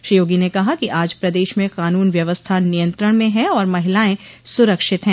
श्री योगी ने कहा कि आज प्रदेश में कानून व्यवस्था नियंत्रण में हैं और महिलाएं सुरक्षित है